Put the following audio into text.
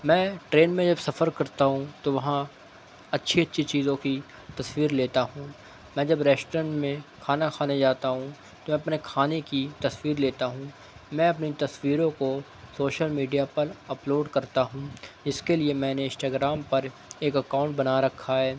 میں ٹرین میں جب سفر کرتا ہوں تو وہاں اچھی اچھی چیزوں کی تصویر لیتا ہوں میں جب ریسٹورینٹ میں کھانا کھانے جاتا ہوں تو اپنے کھانے کی تصویر لیتا ہوں میں اپنی تصویروں کو سوشل میڈیا پر اپلوڈ کرتا ہوں اس کے لیے میں نے انسٹاگرام پر ایک اكاؤنٹ بنا ركھا ہے